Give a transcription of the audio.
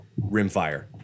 rimfire